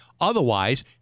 Otherwise